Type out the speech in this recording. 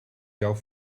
jouw